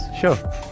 Sure